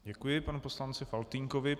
Děkuji panu poslanci Faltýnkovi.